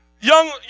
Young